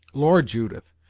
lord, judith,